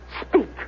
Speak